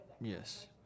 yes